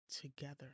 together